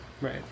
Right